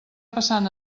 passant